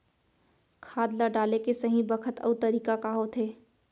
खाद ल डाले के सही बखत अऊ तरीका का होथे?